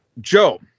Joe